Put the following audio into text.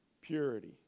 Purity